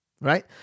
Right